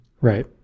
Right